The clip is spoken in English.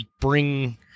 bring